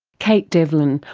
kate devlin,